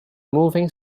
moving